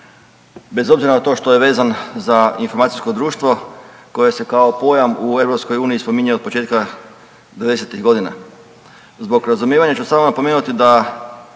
bez obzira na to što je vezan za informacijsko društvo koje se kao pojam u EU spominje od početka '90.-tih godina. Zbog razumijevanja ću samo napomenuti da